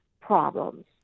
problems